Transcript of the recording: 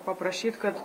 paprašyt kad